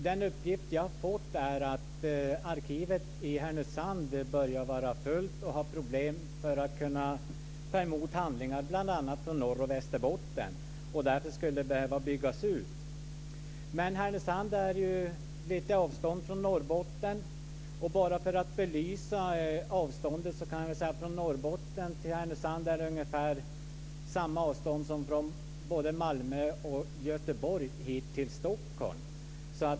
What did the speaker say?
Den uppgift jag har fått är att arkivet i Härnösand börjar bli fullt och har problem med att ta emot handlingar bl.a. från Norr och Västerbotten och därför skulle behöva byggas ut. Men Härnösand ligger ju på lite avstånd från Norrbotten. Bara för att belysa avståndet kan jag säga att det från Norrbotten till Härnösand är ungefär samma avstånd som från både Malmö och Göteborg hit till Stockholm.